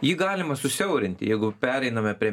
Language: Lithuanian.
jį galima susiaurinti jeigu pereiname prie